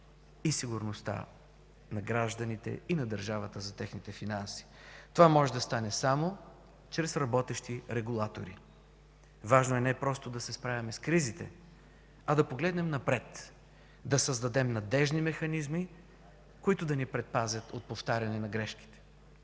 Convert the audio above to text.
и сигурността на гражданите и на държавата за техните финанси. Това може да стане само чрез работещи регулатори. Важно е не просто да се справяме с кризите, а да погледнем напред, да създадем надеждни механизми, които да ни предпазят от повтаряне на грешките.